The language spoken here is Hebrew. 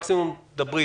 מקסימום תדברי איתו.